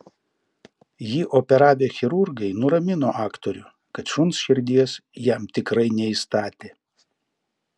jį operavę chirurgai nuramino aktorių kad šuns širdies jam tikrai neįstatė